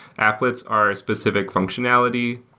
applets are a specific functionality.